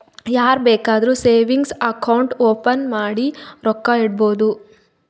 ಯಾರ್ ಬೇಕಾದ್ರೂ savings account open ಮಾಡಿ ರೊಕ್ಕಾ ಇಡ್ಬೋದು